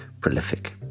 prolific